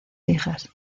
hijas